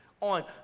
on